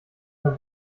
der